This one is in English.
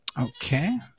Okay